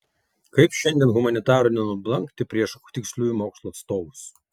kaip šiandien humanitarui nenublankti prieš tiksliųjų mokslų atstovus